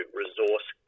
resource